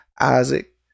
Isaac